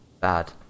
bad